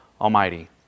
Almighty